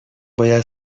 باید